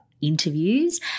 interviews